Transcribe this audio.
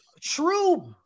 true